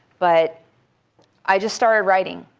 but i just started writing.